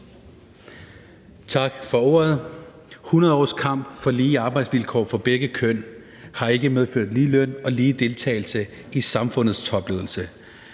Tak for ordet. 100 års kamp for lige arbejdsvilkår for begge køn har ikke medført ligeløn og lige deltagelse i erhvervslivets topledelser.